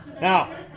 Now